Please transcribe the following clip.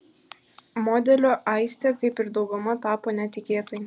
modeliu aistė kaip ir dauguma tapo netikėtai